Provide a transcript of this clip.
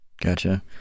Gotcha